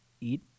eat